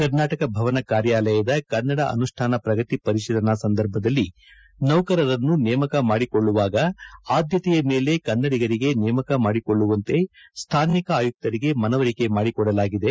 ಕರ್ನಾಟಕ ಭವನ ಕಾರ್ಯಾಲಯದ ಕನ್ನಡ ಅನುಷ್ನಾನ ಪ್ರಗತಿ ಪರಿಶೀಲನೆ ಸಂದರ್ಭದಲ್ಲಿ ನೌಕರರನ್ನು ನೇಮಕ ಮಾಡಿಕೊಳ್ಳುವಾಗ ಆದ್ಯತೆಯ ಮೇಲೆ ಕನ್ನಡಿಗರನ್ನು ನೇಮಕ ಮಾಡಿಕೊಳ್ಳುವಂತೆ ಸ್ವಾನಿಕ ಆಯುಕ್ತರಿಗೆ ಮನವರಿಕೆ ಮಾಡಿಕೊಡಲಾಗಿದೆ